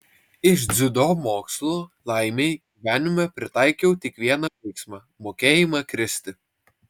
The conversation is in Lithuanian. iš dziudo mokslų laimei gyvenime pritaikiau tik vieną veiksmą mokėjimą kristi